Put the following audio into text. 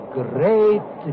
great